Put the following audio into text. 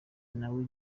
nawe